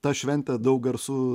ta šventė daug garsų